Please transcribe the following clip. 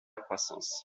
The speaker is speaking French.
croissance